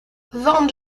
van